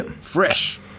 fresh